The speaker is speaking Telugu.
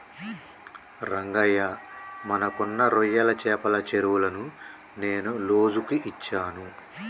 రంగయ్య మనకున్న రొయ్యల చెపల చెరువులను నేను లోజుకు ఇచ్చాను